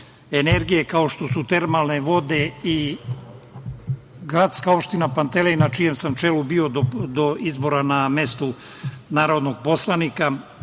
kao što su termalne vode. Gradska opština Pantelija, na čijem sam čelu bio do izbora na mesto narodnog poslanika,